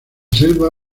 selva